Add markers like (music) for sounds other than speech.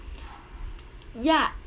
(noise) ya